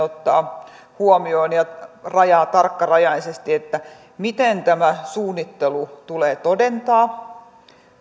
ottavat huomioon ja rajaavat tarkkarajaisesti miten tämä suunnittelu tulee todentaa